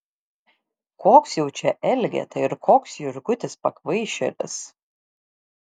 koks jau čia elgeta ir koks jurgutis pakvaišėlis